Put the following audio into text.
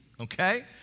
okay